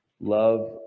love